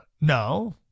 No